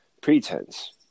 pretense